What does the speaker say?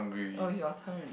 oh it's your turn